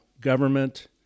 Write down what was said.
government